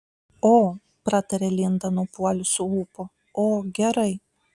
o pratarė linda nupuolusiu ūpu o gerai